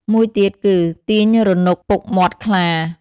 មួយទៀតគឺ "ទាញរនុក ពុតមាត់ខ្លា"